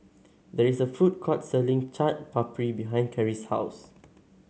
there is a food court selling Chaat Papri behind Cary's house